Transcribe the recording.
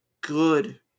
good